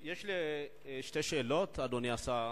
יש לי שתי שאלות, אדוני השר.